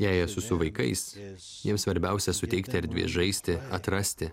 jei esu su vaikais jiems svarbiausia suteikti erdvės žaisti atrasti